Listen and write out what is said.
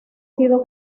sido